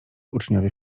uczniowie